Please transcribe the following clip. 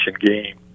game